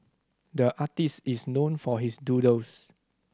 the artist is known for his doodles